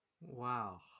wow